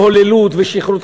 הוללות ושכרות,